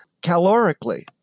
calorically